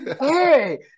hey